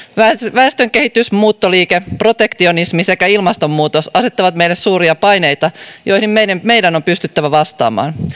väestönkehitys muuttoliike protektionismi sekä ilmastonmuutos asettavat meille suuria paineita joihin meidän meidän on pystyttävä vastaamaan